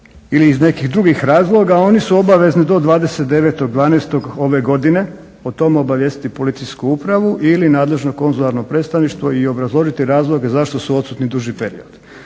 ili iz nekih drugih razloga oni su obavezni do 29.12. ove godine o tom obavijestiti policijsku upravu ili nadležno konzularno predstavništvo i obrazložiti razloge zašto su odsutni duži period.